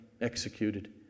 executed